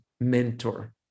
mentor